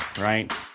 right